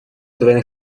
двойных